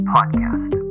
Podcast